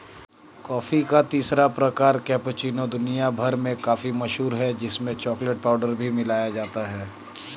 coffee का तीसरा प्रकार कैपेचीनो दुनिया भर में काफी मशहूर है जिसमें चॉकलेट पाउडर भी मिलाया जाता है